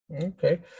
Okay